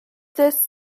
this